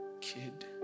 kid